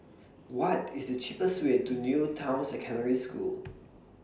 What IS The cheapest Way to New Town Secondary School